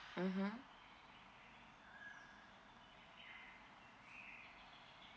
mmhmm